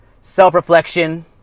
self-reflection